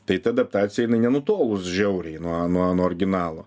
tai ta adaptacija jinai nenutols žiauriai nuo nuo nuo originalo